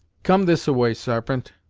come this-a-way, sarpent,